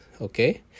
Okay